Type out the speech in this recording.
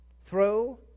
throw